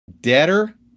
Debtor